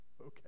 Okay